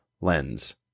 lens